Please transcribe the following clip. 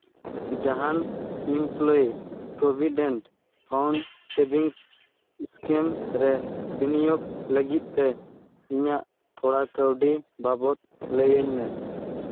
ᱡᱟᱦᱟᱱ employee provident fund savings scheme ᱨᱮ ᱵᱤᱱᱤᱭᱳᱜᱽ ᱞᱟᱹᱜᱤᱫ ᱛᱮ ᱤᱧᱟᱹᱜ ᱛᱷᱚᱲᱟ ᱠᱟᱹᱣᱰᱤ ᱵᱟᱵᱚᱫ ᱞᱟᱹᱭᱟᱹᱧ ᱢᱮ